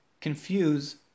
confuse